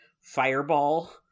fireball